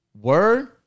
Word